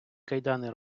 кайдани